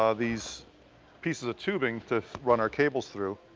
ah these pieces of tubing to run our cables through.